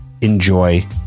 Enjoy